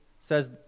says